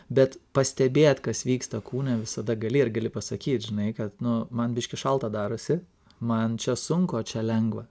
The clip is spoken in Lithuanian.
bet pastebėt kas vyksta kūne visada gali ir gali pasakyt žinai kad nu man biškį šalta darosi man čia sunku o čia lengva